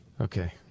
Okay